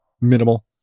minimal